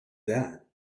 that